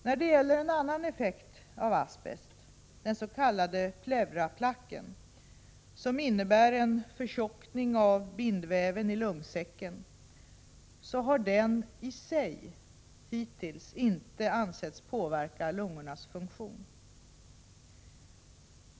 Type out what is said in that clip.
När det gäller en annan effekt av asbest, den s.k. pleuraplacken, som innebär en förtjockning i bindväven i lungsäcken, har den i sig hittills inte ansetts påverka lungornas funktion.